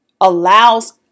allows